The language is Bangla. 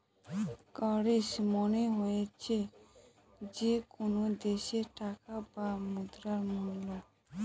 কারেন্সি মানে হচ্ছে যে কোনো দেশের টাকা বা মুদ্রার মুল্য